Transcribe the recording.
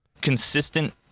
consistent